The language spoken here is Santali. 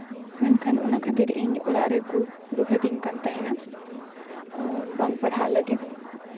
ᱢᱮᱱᱠᱷᱟᱱ ᱚᱱᱟ ᱠᱷᱟᱹᱛᱤᱨ ᱤᱧ ᱚᱲᱟᱜ ᱨᱮᱠᱚ ᱨᱳᱦᱮᱫᱤᱧ ᱠᱟᱱ ᱛᱟᱦᱮᱱᱟ ᱵᱟᱝ ᱯᱟᱲᱦᱟᱜ ᱞᱟᱹᱜᱤᱫ